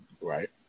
Right